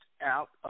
out